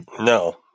No